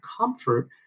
comfort